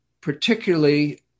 particularly